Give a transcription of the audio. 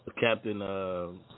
Captain